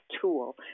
tool